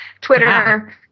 Twitter